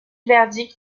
verdict